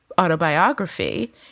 autobiography